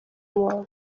muntu